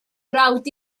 frawd